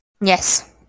Yes